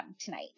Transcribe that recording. tonight